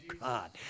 God